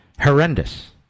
horrendous